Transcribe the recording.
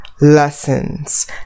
lessons